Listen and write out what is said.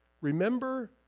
Remember